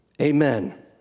Amen